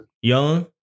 Young